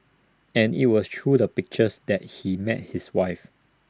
and IT was through the pictures that he met his wife